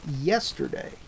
yesterday